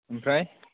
ओमफ्राय